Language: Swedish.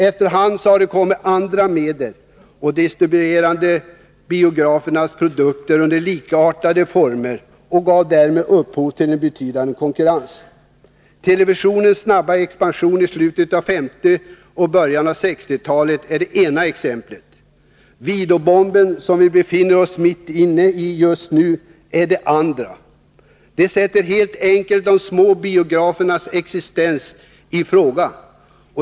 Efter hand kom så andra medier och distribuerade biografernas produkter under likartade former och gav därmed upphov till en betydande konkurrens. Televisionens snabba expansion i slutet på 50 och början på 60-talet är det ena exemplet. ”Videoboomen” som vi befinner oss mitt inne i just nu, är det andra. Detta sätter helt enkelt de små biografernas existens i fråga.